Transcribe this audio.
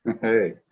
Hey